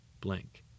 blank